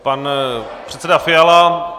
Pan předseda Fiala.